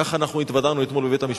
כך התוודענו אתמול בבית-המשפט,